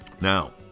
Now